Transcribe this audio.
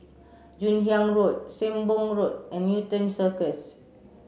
Joon Hiang Road Sembong Road and Newton Circus